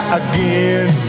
again